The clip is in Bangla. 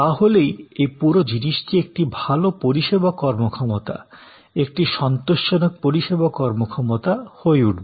তাহলেই এই পুরো জিনিসটি একটি ভাল পরিষেবা কর্মক্ষমতা একটি সন্তোষজনক পরিষেবা কর্মক্ষমতা হয়ে উঠবে